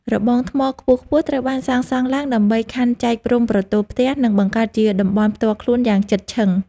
របងថ្មខ្ពស់ៗត្រូវបានសាងសង់ឡើងដើម្បីខណ្ឌចែកព្រំប្រទល់ផ្ទះ និងបង្កើតជាតំបន់ផ្ទាល់ខ្លួនយ៉ាងជិតឈឹង។